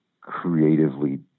creatively